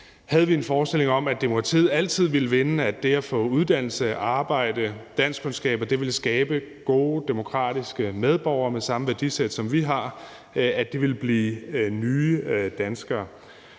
havde vi en forestilling om, at demokratiet altid ville vinde, at det at få uddannelse, arbejde og danskkundskaber ville skabe gode demokratiske medborgere med samme værdisæt, som vi har, altså at disse ville blive nye danskere.